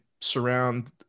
surround